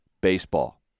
baseball